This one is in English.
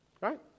Right